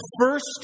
first